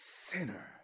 sinner